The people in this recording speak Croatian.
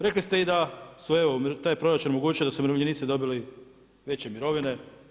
Rekli ste da su evo, taj proračun omogućili da su umirovljenici dobili veće mirovine.